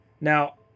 Now